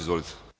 Izvolite.